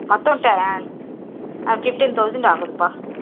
மொத்தம் ட fifteen thousand ஆகுதுப்பா